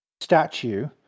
statue